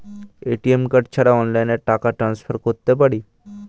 ATM card ছাড়া অনলাইনে টাকা টান্সফার করতে পারি?